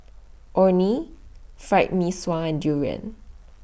Orh Nee Fried Mee Sua and Durian